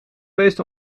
geweest